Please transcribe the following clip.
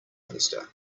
minister